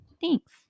Thanks